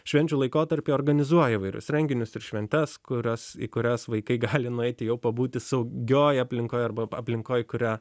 švenčių laikotarpiu organizuoja įvairius renginius ir šventes kurios į kurias vaikai gali nueiti jau pabūti saugioj aplinkoj arba aplinkoj kuria